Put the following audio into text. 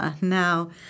Now